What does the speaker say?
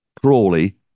Crawley